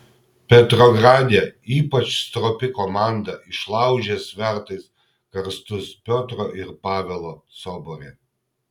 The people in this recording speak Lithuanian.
petrograde ypač stropi komanda išlaužė svertais karstus piotro ir pavelo sobore